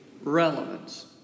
relevance